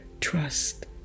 trust